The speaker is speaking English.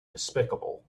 despicable